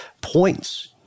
points